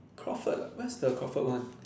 Crawford where's the Crawford one